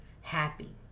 happy